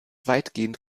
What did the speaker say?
weitgehend